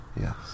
Yes